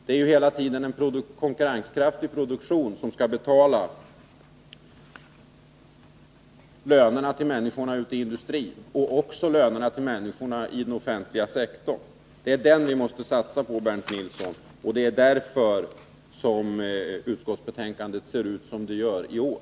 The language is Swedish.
Det är hela tiden en konkurrenskraftig produktion som skall betala lönerna till människorna ute i industrin och även lönerna till människorna i den offentliga sektorn. Det är detta vi måste satsa på, Bernt Nilsson, och det är därför utskottsbetänkandet ser ut som det gör i år.